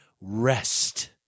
rest